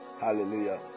Hallelujah